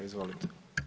Izvolite.